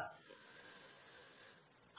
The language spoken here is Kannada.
ಅದು ನಿಜವಾಗಿಯೂ ಆ ಪ್ರಶ್ನೆಗೆ ಉತ್ತರವನ್ನು